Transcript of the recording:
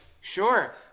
sure